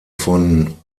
von